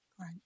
Right